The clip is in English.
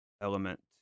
element